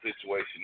situation